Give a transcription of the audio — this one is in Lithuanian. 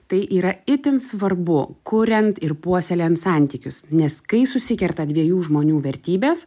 tai yra itin svarbu kuriant ir puoselėjant santykius nes kai susikerta dviejų žmonių vertybės